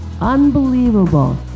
unbelievable